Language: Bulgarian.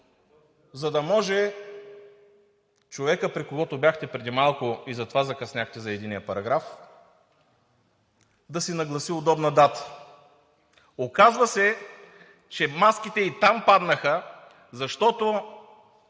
за да може човекът, при когото бяхте преди малко и затова закъсняхте за единия параграф, да си нагласи удобна дата. Оказва се, че маските и там паднаха, защото